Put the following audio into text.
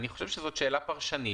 אני חושב שזו שאלה פרשנית.